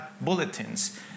bulletins